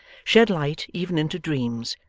shed light even into dreams,